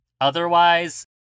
Otherwise